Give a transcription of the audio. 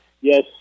yes